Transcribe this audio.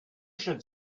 should